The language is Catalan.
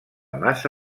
massa